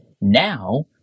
Now